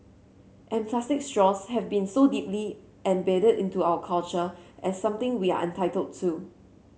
and plastic straws have been so deeply embedded into our culture as something we are entitled to